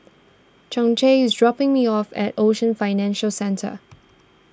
Chauncey is dropping me off at Ocean Financial Centre